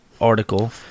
article